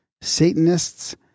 Satanists